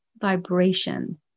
vibration